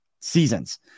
seasons